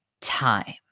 time